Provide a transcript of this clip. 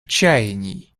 чаяний